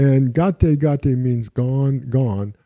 and gata, gata means gone, gone.